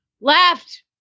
left